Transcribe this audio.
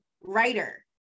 writer